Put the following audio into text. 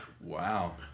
Wow